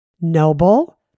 Noble